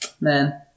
man